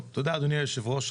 אדוני היושב-ראש,